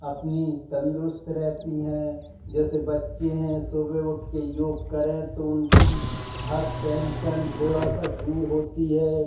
अपनी तंदरुस्त रहती हैं जैसे बच्चे हैं सुबह उठ के योग करें तो उनकी हर टेन्सन थोड़ा सा दूर होती है